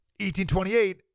1828